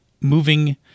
moving